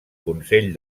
consell